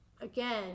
again